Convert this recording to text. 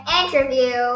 interview